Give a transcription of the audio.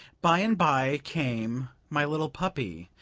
by and by came my little puppy,